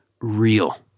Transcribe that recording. real